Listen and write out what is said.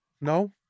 No